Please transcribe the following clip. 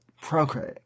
procreate